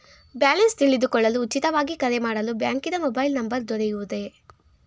Balance ತಿಳಿದುಕೊಳ್ಳಲು ಉಚಿತವಾಗಿ ಕರೆ ಮಾಡಲು ಬ್ಯಾಂಕಿನ ಮೊಬೈಲ್ ನಂಬರ್ ದೊರೆಯುವುದೇ?